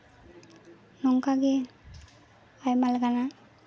ᱱᱚᱝᱠᱟᱜᱮ ᱟᱭᱢᱟ ᱞᱮᱠᱟᱱᱟᱜ